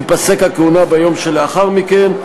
תיפסק הכהונה ביום שלאחר מכן.